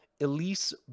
Elise